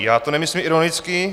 Já to nemyslím ironicky.